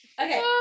okay